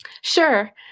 Sure